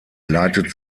leitet